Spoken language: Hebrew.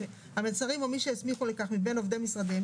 (3)השרים או מי שהסמיכו לכך מבין עובדי משרדיהם,